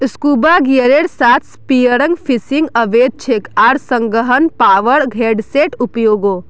scuba गियरेर साथ spearfishing अवैध छेक आर संगह पावर हेड्सेर उपयोगो